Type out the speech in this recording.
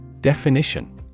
Definition